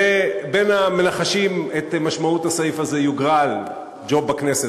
בין המנחשים את משמעות הסעיף הזה יוגרל ג'וב בכנסת,